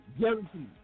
Guaranteed